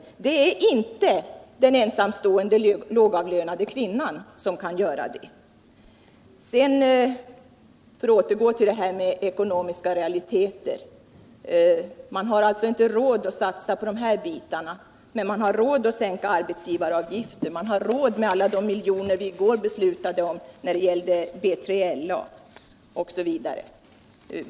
Det är inte den ensamstående lågavlönade kvinnan som kan göra det. För att återgå ill frågan om ekonomiska realiteter kan jag konstatera att man alltså inte har råd att satsa på de här bitarna, men man har råd att sänka urbetsgivaravgiften och råd att satsa alla de miljoner riksdagen beslutade om i går när det gäller B3LA osv.